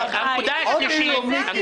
עוד איום, מיקי.